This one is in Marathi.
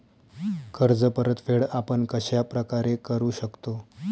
कर्ज परतफेड आपण कश्या प्रकारे करु शकतो?